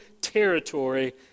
territory